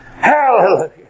Hallelujah